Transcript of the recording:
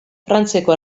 frantziako